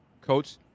Coach